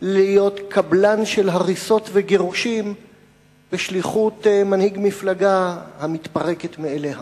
להיות קבלן של הריסות וגירושים בשליחות מנהיג מפלגה המתפרקת מאליה.